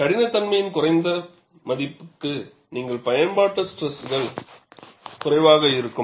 கடினத்தன்மையின் குறைந்த மதிப்புக்கு நீங்கள் பயன்ப்பாட்டு ஸ்ட்ரெஸ்கள் குறைவாக இருக்கும்